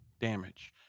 damage